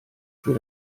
für